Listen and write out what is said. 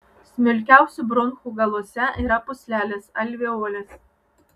smulkiausių bronchų galuose yra pūslelės alveolės